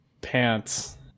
pants